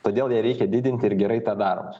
todėl ją reikia didinti ir gerai tą darome